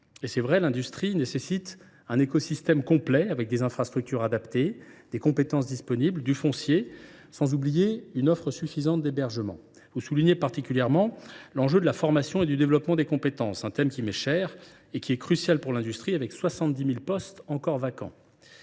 nécessite, il est vrai, un écosystème complet, avec des infrastructures adaptées, des compétences disponibles et du foncier, sans oublier une offre suffisante d’hébergement. Vous soulignez particulièrement l’enjeu de la formation et du développement des compétences, un thème qui m’est cher et qui est crucial pour l’industrie, 70 000 postes y étant encore vacants.